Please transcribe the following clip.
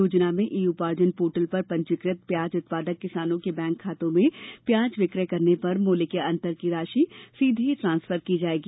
योजना में e Uparjan portal पर पंजीकत प्याज उत्पादक किसानों के बैंक खातों में प्याज विक्रय करने पर मूल्य के अंतर की राशि सीधे ट्रांसफर की जायेगी